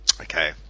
Okay